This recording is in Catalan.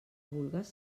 vulgues